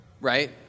right